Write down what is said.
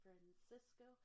Francisco